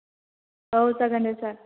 औ जागोन दे सार